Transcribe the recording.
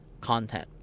content